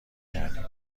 کردیم